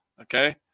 okay